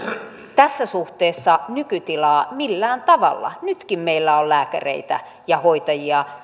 tässä suhteessa nykytilaa millään tavalla nytkin meillä on lääkäreitä ja hoitajia